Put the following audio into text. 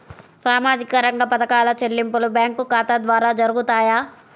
సామాజిక రంగ పథకాల చెల్లింపులు బ్యాంకు ఖాతా ద్వార జరుగుతాయా?